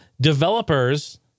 developers